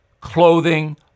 clothing